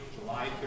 July